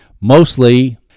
mostly